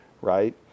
right